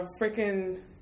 freaking